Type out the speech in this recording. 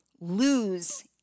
lose